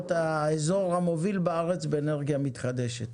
להיות האזור המוביל בארץ באנרגיה מתחדשת,